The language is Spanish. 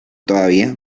todavía